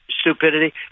stupidity